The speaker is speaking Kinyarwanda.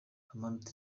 amanota